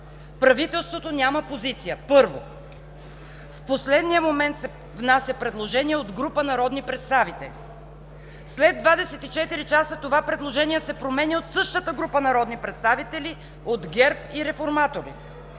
правителството – няма позиция, първо. В последния момент се внася предложение от група народни представители, след 24 часа това предложение се променя от същата група народни представители от ГЕРБ и Реформаторите.